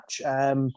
match